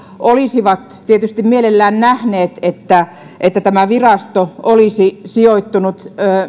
olisivat tietysti mielellään nähneet että että tämä virasto olisi sijoittunut